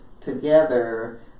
together